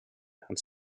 and